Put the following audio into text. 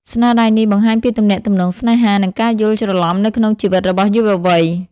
ស្នាដៃនេះបង្ហាញពីទំនាក់ទំនងស្នេហា និងការយល់ច្រឡំនៅក្នុងជីវិតរបស់យុវវ័យ។